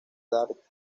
dark